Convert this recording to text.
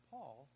Paul